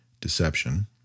deception